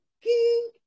king